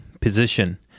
position